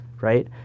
right